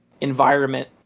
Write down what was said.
environment